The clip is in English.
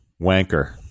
wanker